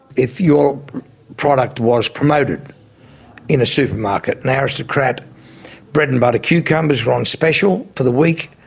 if your product was promoted in a supermarket and aristocrat bread-and-butter cucumbers were on special for the week,